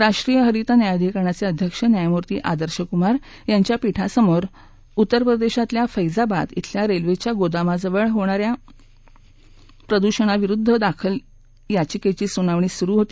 राष्ट्रीय हरित न्यायाधिकरणाचे अध्यक्ष न्यायमूर्ती आदर्श कुमार यांच्या पीठासमोर उत्तर प्रदेशातल्या फैजाबाद धिल्या रेल्वेच्या गोदामाजवळ होणा या प्रदुषणाविरुद्ध दाखल केलेल्या याचिकेची सुनावणी सुरु होती